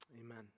amen